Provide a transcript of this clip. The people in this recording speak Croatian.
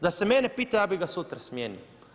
Da se mene pita ja bih ga sutra smijenio.